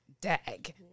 Dag